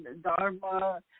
Dharma